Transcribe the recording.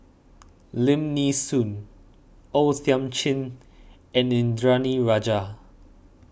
Lim Nee Soon O Thiam Chin and Indranee Rajah